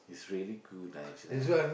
it's really good lah actually